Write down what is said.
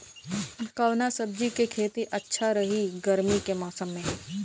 कवना सब्जी के खेती अच्छा रही गर्मी के मौसम में?